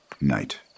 Night